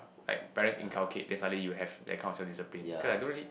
like parents inculcate then suddenly you have that kind of self discipline cause I don't really